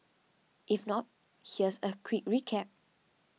if not here's a quick recap